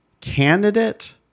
candidate